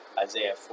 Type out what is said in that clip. isaiah